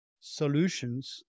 solutions